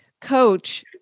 coach